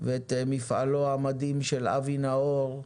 ואת מפעלו המדהים של אבי נאור,